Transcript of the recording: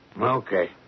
Okay